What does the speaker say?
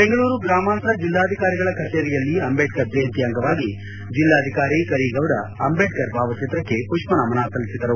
ಬೆಂಗಳೂರು ಗ್ರಾಮಾಂತರ ಜಿಲ್ಲಾಧಿಕಾರಿಗಳ ಕಛೇರಿಯಲ್ಲಿ ಅಂಬೇಡ್ತರ್ ಜಯಂತಿ ಅಂಗವಾಗಿ ಜಿಲ್ಲಾಧಿಕಾರಿ ಕರಿಗೌಡ ಅಂದೇಡ್ಕರ್ ಭಾವಚಿತ್ರಕ್ಷೆ ಪುಪ್ಪನಮನ ಸಲ್ಲಿಸಿದರು